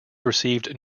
received